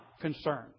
concern